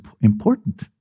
important